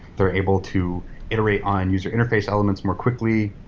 they're able to iterate on user interface elements more quickly.